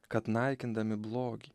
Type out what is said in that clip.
kad naikindami blogį